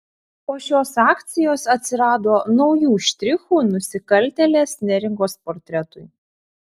po šios akcijos atsirado naujų štrichų nusikaltėlės neringos portretui